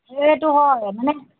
সেইটো হয় মানে